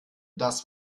das